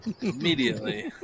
immediately